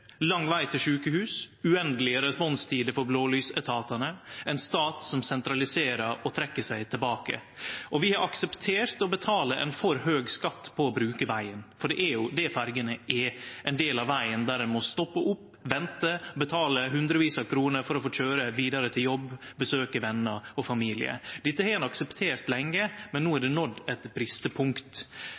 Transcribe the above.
lang veg til sjukehus, uendelege responstider for blålysetatane og ein stat som sentraliserer og trekkjer seg tilbake. Vi har også akseptert å betale ein for høg skatt på å bruke vegen, for det er jo det ferjene er: ein del av vegen, der ein må stoppe opp, vente og betale hundrevis av kroner for å få køyre vidare til jobb og besøke vener og familie. Dette har ein akseptert lenge, men no har det nådd eit